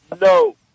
no